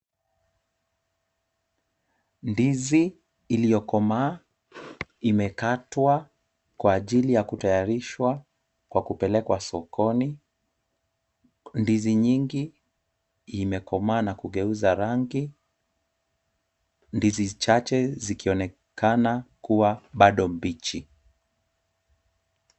Ndizi iliyokomaa imekatwa kwa ajili ya kutayarishwa kwa kupelekwa sokoni. Ndizi nyingi imekomaa na kugeuza rangi, ndizi chache zikionekana kuwa bado mbichi.